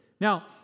Now